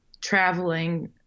traveling